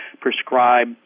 prescribe